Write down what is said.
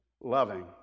loving